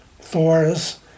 THORS